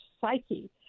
psyche